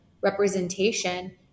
representation